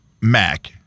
Mac